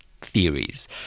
theories